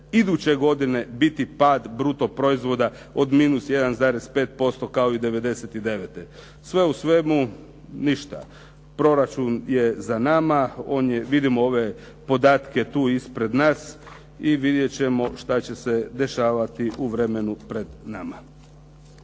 iduće godine biti pad bruto proizvoda od -1,5% kao i '99. Sve u svemu ništa. Proračun je za nama. Vidimo ove podatke tu ispred nas i vidjet ćemo šta će se dešavati u vremenu pred nama.